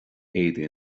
éadaí